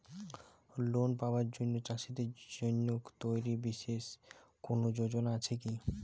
Loan পাবার জন্য চাষীদের জন্য তৈরি বিশেষ কোনো যোজনা আছে কি?